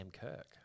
Kirk